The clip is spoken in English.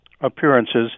appearances